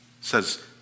says